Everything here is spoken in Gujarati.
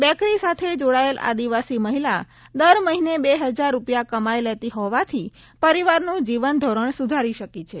બેકરી સાથે જોડાયેલ આદિવાસી મહિલા દર મહિને બે હજાર રૂપિયા કમાઈ લેતી હોવાથી પરિવારનું જીવન ધોરણ સુધારી શકી છે